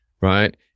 right